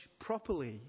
properly